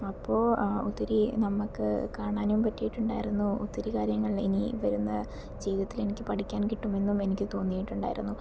അപ്പോൾ ഒത്തിരി നമ്മൾക്ക് കാണാനും പറ്റിയിട്ടുണ്ടായിരുന്നു ഒത്തിരി കാര്യങ്ങൾ ഇനി വരുന്ന ജീവിതത്തിൽ എനിക്ക് പഠിക്കാൻ കിട്ടുമെന്നും എനിക്ക് തോന്നിയിട്ടുണ്ടായിരുന്നു